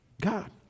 God